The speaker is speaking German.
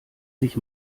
sich